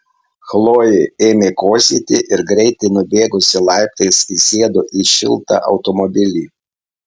chlojė ėmė kosėti ir greitai nubėgusi laiptais įsėdo į šiltą automobilį